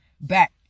back